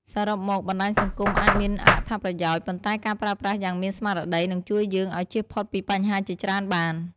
សរុបមក បណ្តាញសង្គមអាចមានអត្ថប្រយោជន៍ ប៉ុន្តែការប្រើប្រាស់យ៉ាងមានស្មារតីនឹងជួយយើងឲ្យជៀសផុតពីបញ្ហាជាច្រើនបាន។